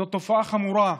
זו תופעה חמורה,